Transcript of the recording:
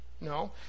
No